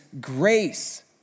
grace